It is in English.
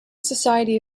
society